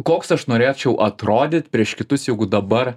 koks aš norėčiau atrodyt prieš kitus jeigu dabar